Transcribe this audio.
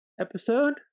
episode